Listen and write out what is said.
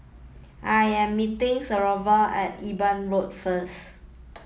I am meeting Severo at Eben Road first